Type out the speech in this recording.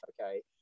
okay